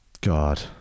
God